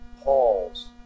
Paul's